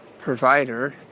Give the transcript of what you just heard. provider